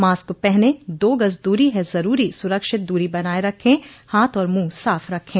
mask पहनें दो गज दूरी है जरूरी सुरक्षित दूरी बनाए रखें हाथ और मुंह साफ रखें